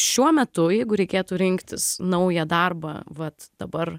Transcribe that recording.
šiuo metu jeigu reikėtų rinktis naują darbą vat dabar